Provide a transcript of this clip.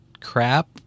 crap